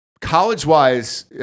College-wise